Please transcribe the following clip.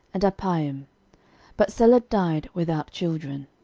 and appaim but seled died without children.